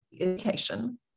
education